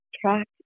track